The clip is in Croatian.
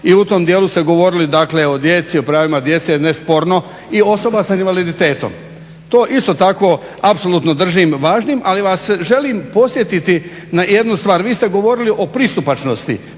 i u tom dijelu ste govorili dakle o djeci, o pravima djece, nesporno i osoba s invaliditetom. To isto tako apsolutno držim važnim, ali vas želim podsjetiti na jednu stvar. Vi ste govorili o pristupačnosti,